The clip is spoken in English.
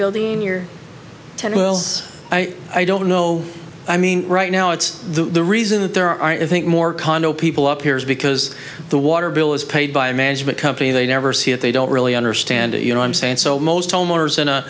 building your ten wells i don't know i mean right now it's the reason that there aren't i think more condo people up here is because the water bill is paid by a management company they never see it they don't really understand it you know i'm saying so most homeowners in a